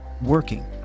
Working